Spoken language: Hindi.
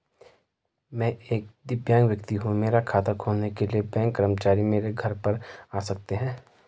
मैं एक दिव्यांग व्यक्ति हूँ मेरा खाता खोलने के लिए बैंक कर्मचारी मेरे घर पर आ सकते हैं?